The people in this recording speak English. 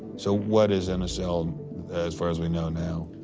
so what is in a cell as far as we know now?